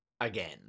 again